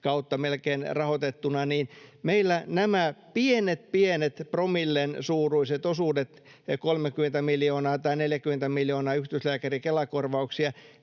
kautta rahoitettuna, niin meillä nämä pienillä, pienillä promillen suuruisilla osuuksilla — 30 miljoonaa tai 40 miljoonaa yksityislääkärin Kela-korvauksia